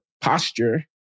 posture